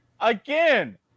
Again